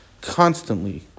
constantly